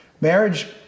marriage